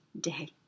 day